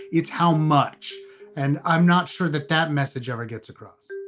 it's how much and i'm not sure that that message ever gets across